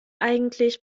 eigentlich